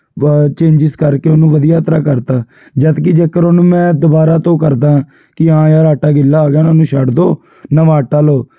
changes ਕਰਕੇ ਉਹਨੂੰ ਵਧੀਆ ਤਰ੍ਹਾਂ ਕਰਤਾ ਜਦਕਿ ਜੇਕਰ ਉਹਨੂੰ ਮੈਂ ਦੁਬਾਰਾ ਤੋਂ ਕਰਦਾ ਕੀ ਹਾਂ ਯਾਰ ਆਟਾ ਗਿੱਲਾ ਹੋ ਗਿਆ ਹੁਣ ਉਹਨੂੰ ਛੱਡ ਦਿਉ ਨਵਾਂ ਆਟਾ ਲਉ